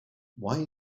why